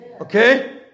Okay